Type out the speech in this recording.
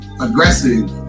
aggressive